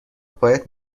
باید